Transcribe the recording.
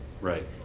Right